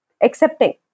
accepting